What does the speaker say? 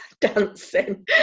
dancing